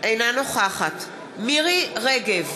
אינה נוכחת מירי רגב,